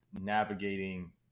navigating